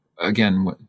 again